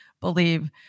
believe